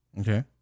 Okay